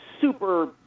super